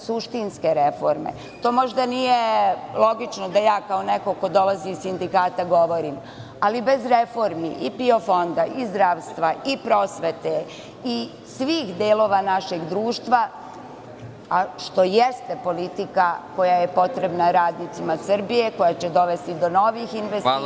Suštinske reforme, to možda nije logično da ja kao neko ko dolazi iz sindikata govorim, ali bez reformi i PIO Fonda, i zdravstva i prosvete, i svih delova našeg društva, što jeste politika koja je potrebna radnicima Srbije, koja će dovesti do novih investicija…